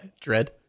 Dread